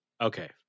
Okay